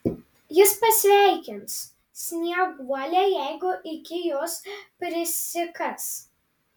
jis pasveikins snieguolę jeigu iki jos prisikas